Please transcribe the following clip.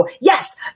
yes